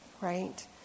right